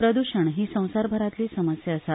प्रद्शण ही संसारभरातली समस्या आसा